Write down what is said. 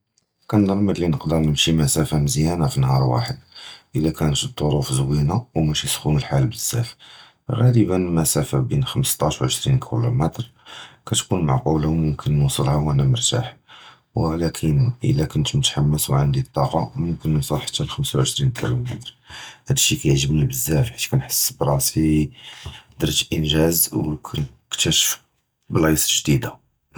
כּנְצַנּ בְּלִי נְקַדֶּר נְמְשִי מַסַּפַּה מְזִיּאַנָה פַּנְהַאר וַחְד, אִיָּא קָאן גָּאט צּוּרוּף זוּיִנָה וּמַאְשִי סְחוּון הָאַל זַבַּא, גַּלְבַּאן מַסַּפַּה בֵּין חָמְשְטַאש עֶשְרִין קִילּוּמֶטר כְּתוֹכּוּן מְעַקּוּלָה וּמُمْכֵּן נוֹשֵלְהָא וַאַנַּא מְרְתַּח, וּלָקִין אִלָּא קְנְת מְתַחַמֵּס וְעַנְדִי טַאקַּה נְקַדֶּר נוֹשֵל חַתַּא חָמְשָה וְעֶשְרִין קִילּוּמֶטר, הַדָּא שְׁיִיַּא כִּיַּעְגֵּבְנִי בְּזַבַּא פַּחְס כּּנְחֵס בְּרַאסִי דְרְת אִינְגָאז וְאִקְתַשְפ בְּלָאיִס גְ'דִידָה.